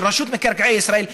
של רשות מקרקעי ישראל,